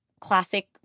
classic